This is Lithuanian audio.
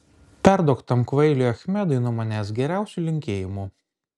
perduok tam kvailiui achmedui nuo manęs geriausių linkėjimų